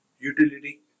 utility